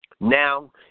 Now